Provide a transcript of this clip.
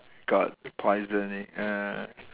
got poisoning ah